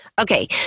Okay